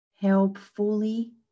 helpfully